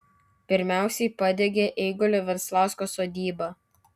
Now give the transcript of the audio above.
pirmiausiai padegė eigulio venslausko sodybą